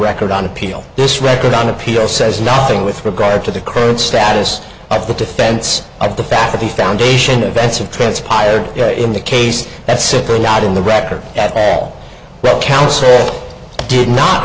record on appeal this record on appeal says nothing with regard to the current status of the defense of the fact that the foundation of bet's of transpired in the case that sic are not in the record at all well carol sale did not